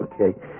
Okay